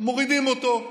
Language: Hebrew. מורידים אותו,